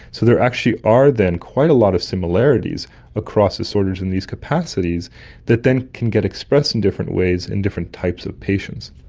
so there actually are then quite a lot of similarities across disorders in these capacities that then can get expressed in different ways in different types of patients.